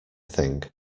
thing